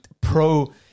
pro